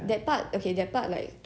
okay leh quite not bad leh